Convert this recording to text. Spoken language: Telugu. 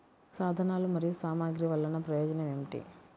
సాధనాలు మరియు సామగ్రి వల్లన ప్రయోజనం ఏమిటీ?